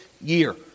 year